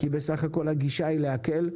כי בסך הכל הגישה היא להקל.